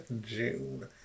June